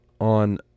on